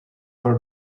for